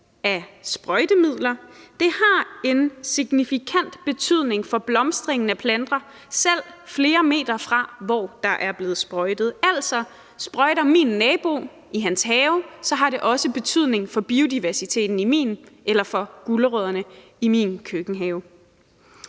af sprøjtemidler har en signifikant betydning for planters blomstring selv flere meter fra, hvor der er blevet sprøjtet. Altså sprøjter min nabo i sin have, har det også betydning for biodiversiteten i min have eller for gulerødderne i min køkkenhave.